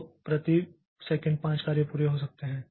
तो प्रति सेकंड 5 कार्य पूरे हो सकते हैं